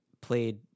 played